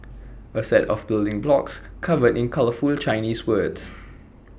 A set of building blocks covered in colourful Chinese words